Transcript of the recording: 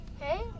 Hey